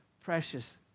precious